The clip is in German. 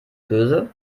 böse